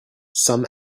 some